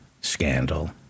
scandal